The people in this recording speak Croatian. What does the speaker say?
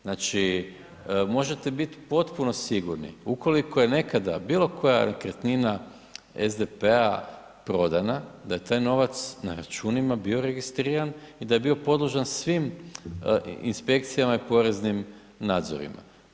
Znači, možete bit potpuno sigurni ukoliko je nekada bilo koja nekretnina SDP-a prodana da je taj novac na računima bio registriran i da je bio podložan svim inspekcijama i poreznim nadzorima.